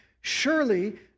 surely